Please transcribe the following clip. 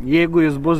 jeigu jis bus